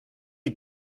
you